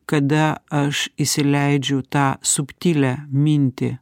kada aš įsileidžiu tą subtilią mintį